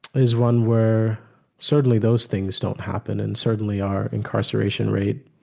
is one where certainly those things don't happen and certainly our incarceration rate